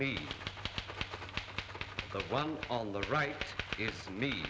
me the one on the right it's me